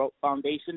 foundation